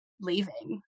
leaving